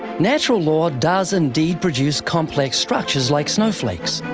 natural law does indeed produce complex structures like snowflakes,